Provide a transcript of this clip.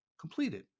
completed